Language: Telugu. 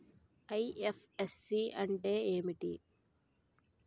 ఐ.ఎఫ్.ఎస్.సి అంటే ఏమిటి?